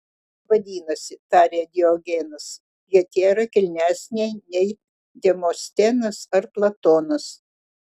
vadinasi tarė diogenas hetera kilnesnė nei demostenas ar platonas